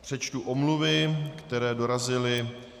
Přečtu omluvy, které dorazily.